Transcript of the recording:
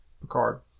Picard